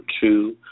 two